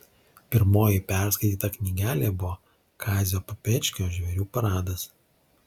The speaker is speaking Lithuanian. pirmoji perskaityta knygelė buvo kazio papečkio žvėrių paradas